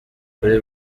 ukuri